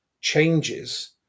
changes